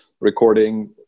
recording